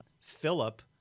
Philip